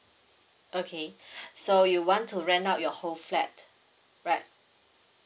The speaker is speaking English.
okay so you want to rent out your whole flat right